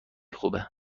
خوبه